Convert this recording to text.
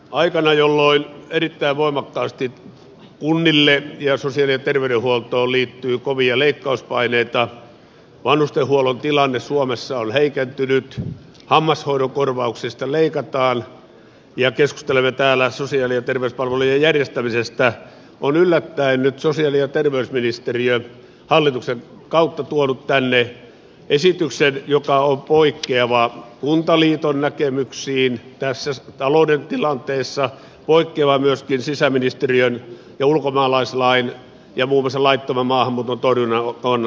aikana jolloin erittäin voimakkaasti kunnille ja sosiaali ja terveydenhuoltoon liittyy kovia leikkauspaineita vanhustenhuollon tilanne suomessa on heikentynyt hammashoidon korvauksista leikataan ja keskustelemme täällä sosiaali ja terveyspalvelujen järjestämisestä on yllättäen nyt sosiaali ja terveysministeriö hallituksen kautta tuonut tänne esityksen joka on poikkeava kuntaliiton näkemyksistä tässä talouden tilanteessa ja poikkeava myöskin sisäministeriön ja ulkomaalaislain ja muun muassa laittoman maahanmuuton torjunnan kannalta